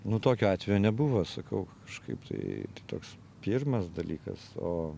nu tokio atvejo nebuvo sakau kažkaip tai toks pirmas dalykas o